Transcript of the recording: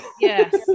Yes